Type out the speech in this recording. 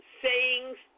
sayings